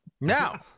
Now